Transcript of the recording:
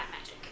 magic